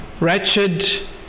wretched